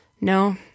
No